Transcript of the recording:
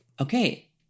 Okay